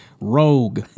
Rogue